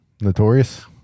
Notorious